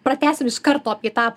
pratęsim iš karto apie tą